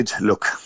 Look